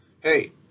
Hey